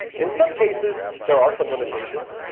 in some cases, there are some limitations.